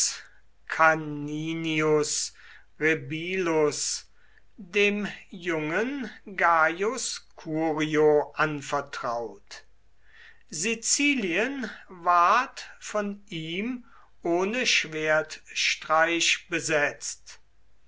rebilus dem jungen gaius curio anvertraut sizilien ward von ihm ohne schwertstreich besetzt